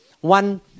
one